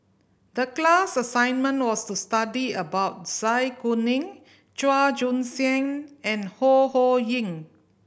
the class assignment was to study about Zai Kuning Chua Joon Siang and Ho Ho Ying